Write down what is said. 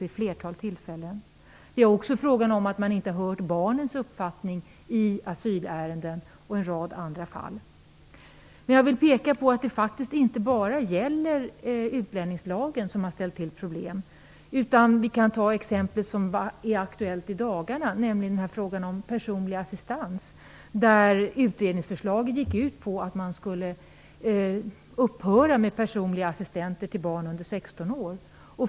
Man har inte hört barnens uppfattning i asylärenden och i en rad andra fall. Jag vill peka på att det faktiskt inte bara är utlänningslagen som har ställt till problem. Vi kan i stället ta ett exempel som är aktuellt i dagarna, nämligen frågan om personlig assistent. Utredningsförslaget gick ut på att man skulle upphöra med personliga assistenter till barn under 16 år.